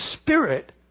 Spirit